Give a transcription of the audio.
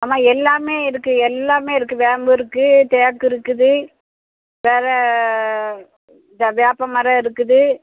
அம்மா எல்லாம் இருக்குது எல்லாம் இருக்குது வேம்பு இருக்குது தேக்கு இருக்குது வேற இந்த வேப்பமரம் இருக்குது